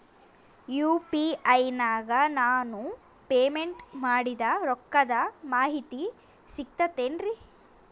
UPI ನಾಗ ನಾನು payment ಮಾಡಿದ ರೊಕ್ಕದ ಮಾಹಿತಿ ಸಿಕ್ತಾತೇನ್ರೀ?